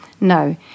No